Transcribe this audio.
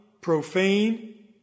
profane